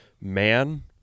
man